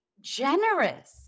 generous